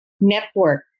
network